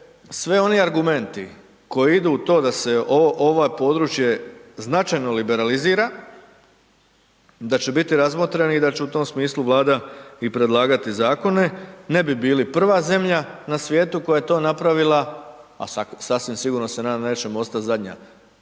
sve oni argumenti koji idu u to da se ovo područje značajno liberalizira, da će biti razmotreni i da će u tom smislu Vlada i predlagati Zakone, ne bi bili prva zemlja na svijetu koja je to napravila, a sasvim sigurno se nadam da nećemo ostati zadnja